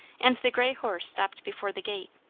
and the grey horse stopped before the gate.